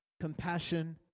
compassion